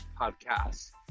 podcast